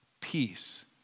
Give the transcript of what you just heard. peace